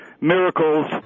Miracles